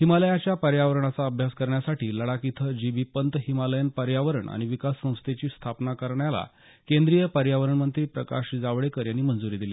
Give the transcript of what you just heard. हिमालयाच्या पर्यावरणाचा अभ्यास करण्यासाठी लडाख इथं जी बी पंत हिमालयन पर्यावरण आणि विकास संस्थेची स्थापना करायला केंद्रीय पर्यावरणमंत्री प्रकाश जावडेकर यांनी मंजूरी दिली